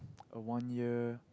a one year